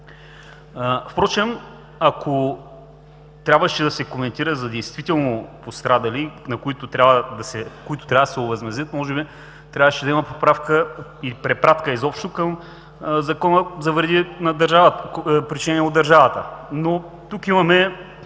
им отнеме. Ако трябваше да се коментира за действително пострадали, които трябва да се овъзмездят, може би трябваше да има поправка и препратка към Закона за вреди, причинени от държавата. Тук имаме